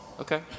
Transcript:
Okay